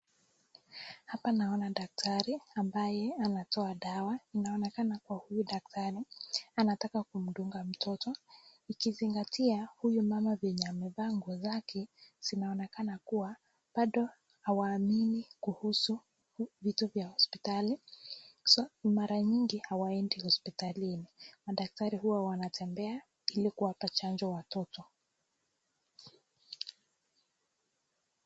Hapa naona daktari ambaye anatoa dawa. Inaonekana kuwa huyu daktari anataka kumdunga mtoto ikizingatia huyu mama vyenye amaevaa nguo zake ,zinaonekana kuwa bado hawaaamini kuhusu vitu vya hospitali, so mara nyingi hawaendi hospitalini, madaktari huwa wanatembea ili kuwapa chanjo watoto.